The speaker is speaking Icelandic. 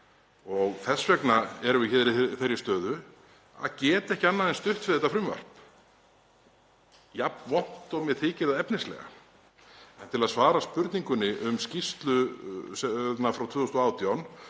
Þess vegna erum við í þeirri stöðu að geta ekki annað en stutt við þetta frumvarp, jafn vont og mér þykir það efnislega. En til að svara spurningunni um skýrslu nefndarinnar